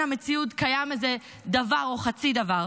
המציאות קיים איזה דבר או חצי דבר,